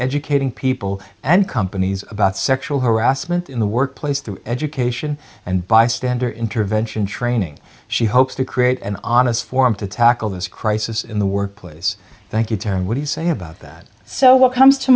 educating people and companies about sexual harassment in the workplace through education and bystander intervention training she hopes to create an honest form to tackle this crisis in the workplace thank you to what you say about that so what comes to